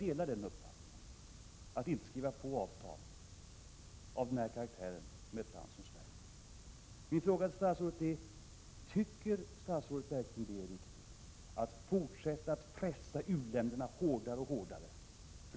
U-länder skall inte behöva skriva på avtal av denna karaktär med ett land som Sverige. Min fråga är: Tycker statsrådet verkligen att det är riktigt att Sverige fortsätter att pressa u-länderna allt hårdare?